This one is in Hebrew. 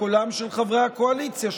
קולם של חברי הקואליציה,